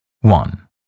One